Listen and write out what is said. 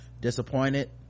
disappointed